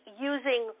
using